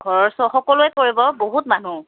ঘৰৰ ওচৰৰ সকলোৱে কৰিব বহুত মানুহ